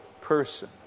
person